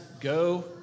go